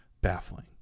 baffling